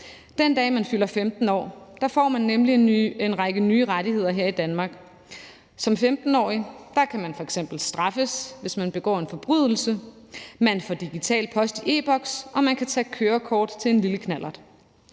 Den dag man fylder 15 år, får man nemlig en række nye rettigheder her i Danmark. Som 15-årig kan man f.eks. straffes, hvis man begår en forbrydelse, man får digital post i e-Boks, og man kan tage kørekort til en lille knallert.